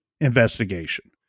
investigation